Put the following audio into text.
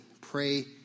pray